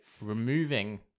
removing